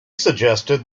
suggested